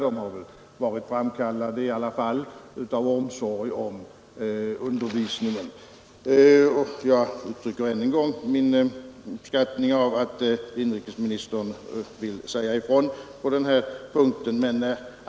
De har väl i alla fall varit föranledda av omsorg om undervisningen. Jag uttrycker än en gång min uppskattning av att inrikesministern vill säga ifrån.